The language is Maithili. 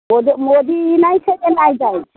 ओ जे मोदी ई नहि छै से नहि दै छै